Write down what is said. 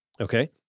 Okay